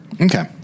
okay